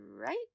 right